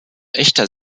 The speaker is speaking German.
echter